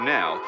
now